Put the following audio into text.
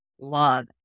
love